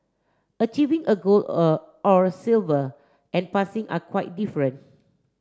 achieving a gold a or silver and passing are quite different